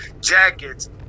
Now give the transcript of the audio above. jackets